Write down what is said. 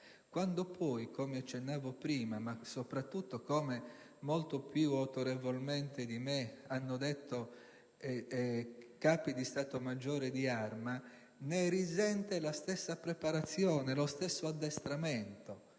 quando, come accennavo prima, ma soprattutto come molto più autorevolmente di me hanno detto Capi di Stato maggiore di Arma, ne risentono la stessa preparazione e lo stesso addestramento.